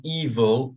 evil